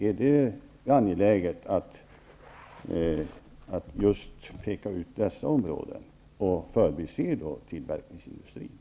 Är det angeläget att just peka ut dessa områden och förbise tillverkningsindustrin?